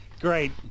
great